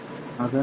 எது 0